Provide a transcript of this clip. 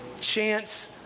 chance